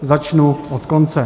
Začnu od konce.